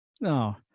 no